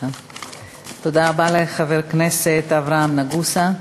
תודה רבה לחבר הכנסת אברהם נגוסה.